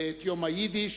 את יום היידיש,